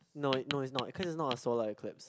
no it no it's not cause it's not a solar eclipse